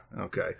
Okay